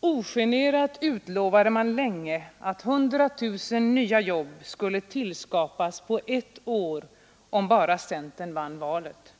Ogenerat utlovade man länge att 100 000 nya jobb skulle tillskapas på ett år, om bara centern vann valet.